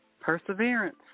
Perseverance